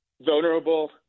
vulnerable